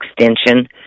extension